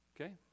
Okay